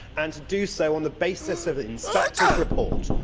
and to do so on the basis of the inspector's report.